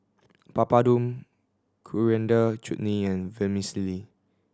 Papadum Coriander Chutney and Vermicelli